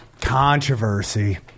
Controversy